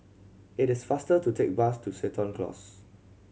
it is faster to take bus to Seton Close